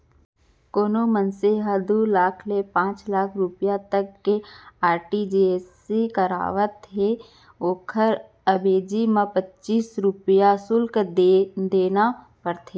कोनों मनसे ह दू लाख ले पांच लाख रूपिया तक के आर.टी.जी.एस करावत हे त ओकर अवेजी म पच्चीस रूपया सुल्क देना परथे